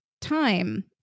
time